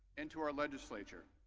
and to our legislature.